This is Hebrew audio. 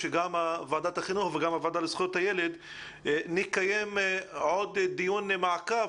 שגם ועדת החינוך וגם הוועדה לזכויות הילד נקיים עוד דיון מעקב